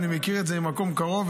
ואני מכיר את זה ממקום קרוב,